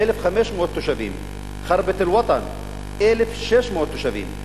1,500 תושבים, ח'רבת-אל-וטן, 1,600 תושבים.